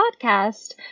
podcast